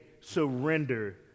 surrender